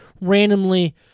randomly